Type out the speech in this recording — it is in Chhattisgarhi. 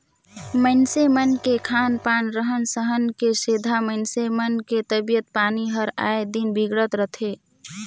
मइनसे मन के खान पान, रहन सहन के सेंधा मइनसे मन के तबियत पानी हर आय दिन बिगड़त रथे